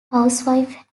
housewife